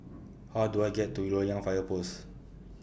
How Do I get to Loyang Fire Post